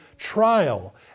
trial